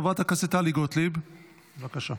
חברת הכנסת טלי גוטליב, בבקשה.